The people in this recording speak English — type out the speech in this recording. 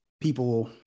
people